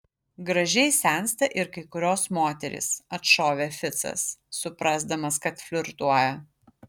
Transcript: gražiai sensta ir kai kurios moterys atšovė ficas suprasdamas kad flirtuoja